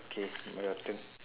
okay now your turn